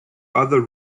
other